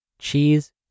cheese